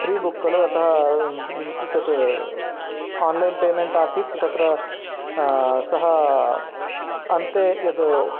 prebook खलु अतः तत् आन्लैन् पेमेण्ट् आसीत् तत्र सः अन्ते यद्